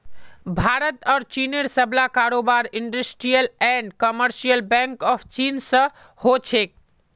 भारत आर चीनेर सबला कारोबार industrial and commercial bank of चीन स हो छेक